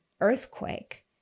earthquake